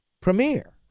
premiere